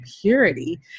purity